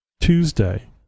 Tuesday